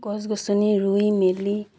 গছ গছনি ৰুই মেলি